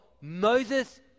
Moses